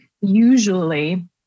usually